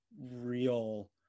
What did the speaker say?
real